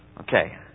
Okay